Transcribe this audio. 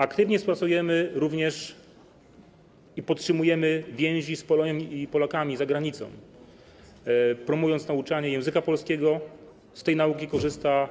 Aktywnie sponsorujemy i podtrzymujemy więzi z Polonią i Polakami za granicą, promując nauczanie języka polskiego - z tej nauki korzysta